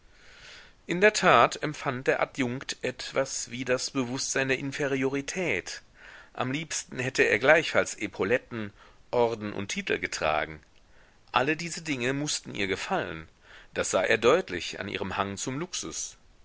in der tat empfand der adjunkt etwas wie das bewußtsein der inferiorität am liebsten hätte er gleichfalls epauletten orden und titel getragen alle diese dinge mußten ihr gefallen das sah er deutlich an ihrem hang zum luxus